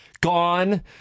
Gone